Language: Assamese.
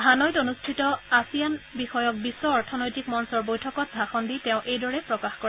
হানয়ত অনুষ্ঠিত আছিয়ান বিষয়ক বিশ্ব অৰ্থনৈতিক মঞ্চৰ বৈঠকত ভাষণ দি তেওঁ এইদৰে প্ৰকাশ কৰে